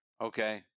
Okay